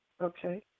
okay